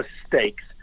mistakes